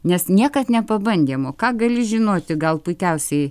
nes niekad nepabandėme o ką gali žinoti gal puikiausiai